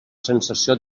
sensació